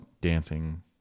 dancing